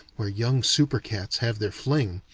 where young super-cats have their fling,